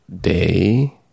day